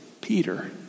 Peter